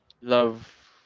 love